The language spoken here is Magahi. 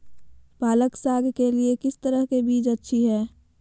पालक साग के लिए किस तरह के बीज अच्छी है?